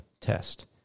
test